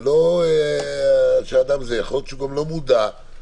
לא דיווח לראש הרשות ומקבל קנס זה נראה לי מרחיק לכת.